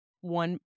one